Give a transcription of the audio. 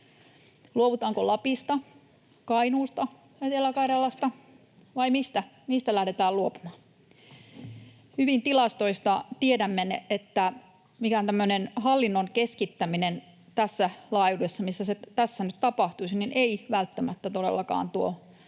Luovutaanko Lapista, Kainuusta vai Etelä-Karjalasta, vai mistä lähdetään luopumaan? Hyvin tilastoista tiedämme, että tämmöinen hallinnon keskittäminen tässä laajuudessa, missä se nyt tapahtuisi, ei välttämättä todellakaan tuo